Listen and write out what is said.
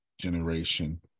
generation